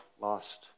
lost